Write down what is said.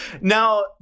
Now